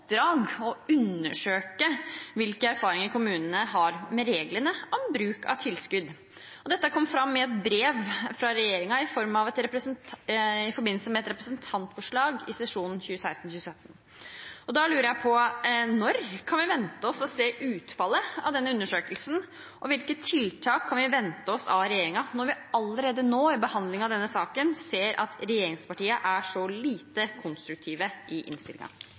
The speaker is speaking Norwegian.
å undersøke hvilke erfaringer kommunene har med reglene om bruk av tilskudd. Dette kom fram i et brev fra regjeringen i forbindelse med et representantforslag fra sesjonen 2016–2017. Da lurer jeg på: Når kan vi vente oss å se utfallet av denne undersøkelsen, og hvilke tiltak kan vi vente oss fra regjeringen når vi allerede nå, i behandlingen av denne saken, ser at regjeringspartiene er så lite konstruktive i